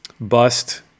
bust